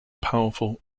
powerful